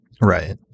Right